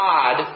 God